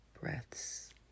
breaths